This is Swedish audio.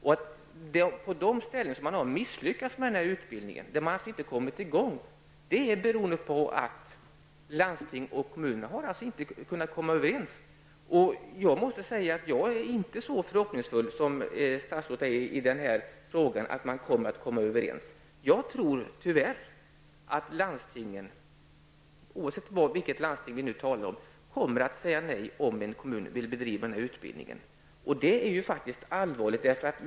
I de fall där man har misslyckats med utbildningen och inte har kommit i gång har det berott på att landsting och kommuner inte har kunnat komma överens. Jag är inte så förhoppningsfull som statsrådet är om att man kommer att kunna komma överens. Jag tror tyvärr att landstingen -- oavsett vilket landsting vi talar om -- kommer att säga nej om en kommun vill bedriva den här utbildningen. Det är allvarligt.